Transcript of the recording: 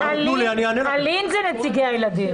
אלי"ן זה נציגי הילדים.